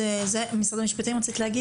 משרד המשפטים, רצית להגיב?